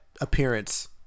appearance